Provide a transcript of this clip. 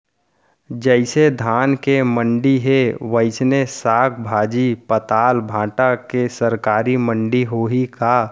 जइसे धान के मंडी हे, वइसने साग, भाजी, पताल, भाटा के सरकारी मंडी होही का?